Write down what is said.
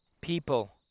people